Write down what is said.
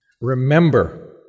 Remember